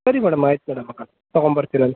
ಸರಿ ಮೇಡಮ್ ಆಯ್ತು ಮೇಡಮ್ ತಗೊಂಬರ್ತೀನಿ ಅಲ್ಲಿ